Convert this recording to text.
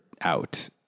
out